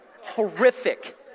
horrific